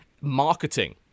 marketing